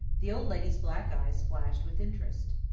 the old lady's black eyes flashed with interest.